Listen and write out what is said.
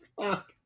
Fuck